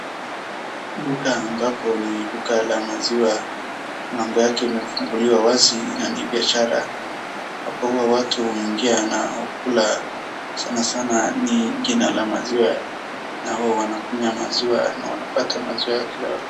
Duka ambapo ni duka la maziwa, mlango yake imefunguliwa wazi na ni biashara. Hapo huwa watu huingia na kukula. Sanasana ni jina la maziwa na huwa wanakunywa maziwa na wanapata maziwa ya kila.